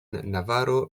navarro